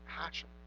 passion